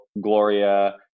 gloria